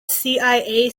cia